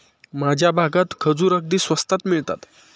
माझ्या भागात खजूर अगदी स्वस्तात मिळतात